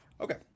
okay